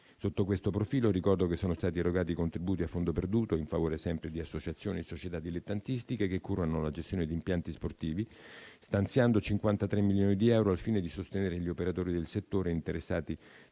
Sotto questo profilo ricordo che sono stati erogati i contributi a fondo perduto in favore sempre di associazioni e società dilettantistiche che curano la gestione di impianti sportivi, stanziando 53 milioni di euro al fine di sostenere gli operatori del settore interessati